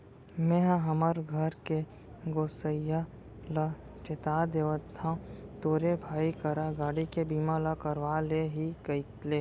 मेंहा हमर घर के गोसइया ल चेता देथव तोरे भाई करा गाड़ी के बीमा ल करवा ले ही कइले